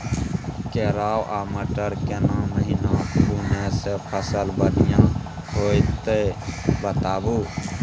केराव आ मटर केना महिना बुनय से फसल बढ़िया होत ई बताबू?